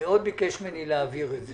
מאוד ביקש ממני להעביר את זה.